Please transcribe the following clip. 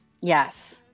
yes